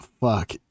Fuck